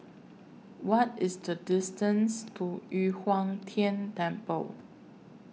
What IS The distance to Yu Huang Tian Temple